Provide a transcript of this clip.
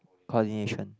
coordination